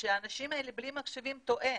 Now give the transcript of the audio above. שהאנשים האלה בלי מחשבים טועה.